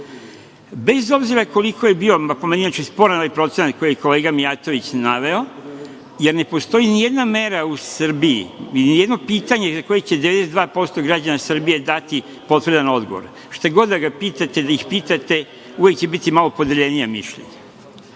obzira koliko je bio, a po meni je znači sporan ovaj procenat koji kolega Mijatović naveo, jer ne postoji nijedna mera u Srbiji i nijedno pitanje za koje će 92% građana Srbije dati potvrdan odgovor šta god da ga pitate, da ih pitate uvek će biti malo podeljenija mišljenje,